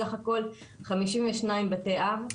סה"כ 52 בתי אב.